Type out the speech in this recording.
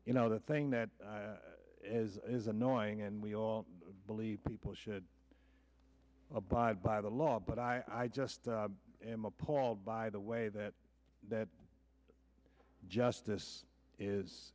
you know the thing that is annoying and we all believe people should abide by the law but i just am appalled by the way that that justice is